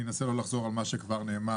אני אנסה לא לחזור על מה שכבר נאמר,